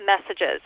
messages